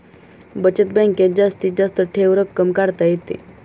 बचत बँकेत जास्तीत जास्त ठेव रक्कम काढता येते